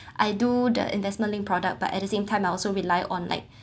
I do the investment linked product but at the same time I also rely on like